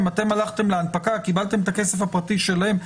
אתם הלכתם להנפקה, קיבלתם את הכסף הפרטי שלהם.